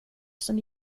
som